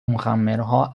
مخمرها